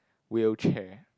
wheelchair